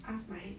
ask my